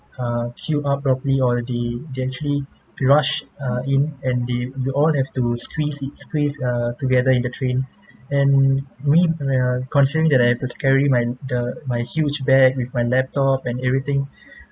uh queue up properly or they they actually rush uh in and they we all have to squeeze squeeze uh together in the train and mean when uh considering that I have to carry my the my huge bag with my laptop and everything